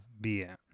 beer